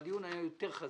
בדיון זה היה חזק יותר.